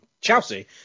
chelsea